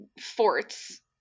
forts